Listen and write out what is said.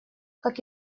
как